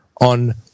on